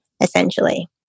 essentially